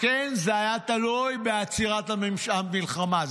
כן זה היה תלוי בעצירת המלחמה,